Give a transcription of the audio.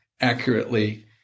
accurately